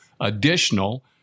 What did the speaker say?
additional